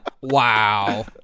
Wow